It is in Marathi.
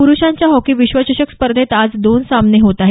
पुरुषांच्या हॉकी विश्वचषक स्पर्धेत आज दोन सामने होत आहेत